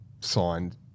signed